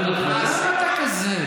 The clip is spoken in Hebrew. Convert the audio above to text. הסיעה הזאת, למה אתה כזה?